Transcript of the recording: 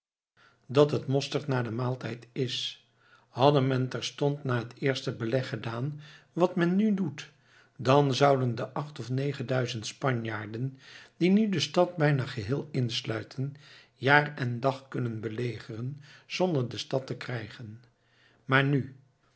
dat het mosterd na den maaltijd is hadde men terstond na het eerste beleg gedaan wat men nu doet dan zouden de acht of negenduizend spanjaarden die nu de stad bijna geheel insluiten jaar en dag kunnen belegeren zonder de stad te krijgen maar nu